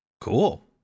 Cool